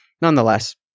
nonetheless